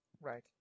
Right